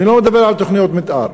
אני לא מדבר על תוכניות מתאר.